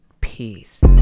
peace